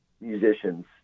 musicians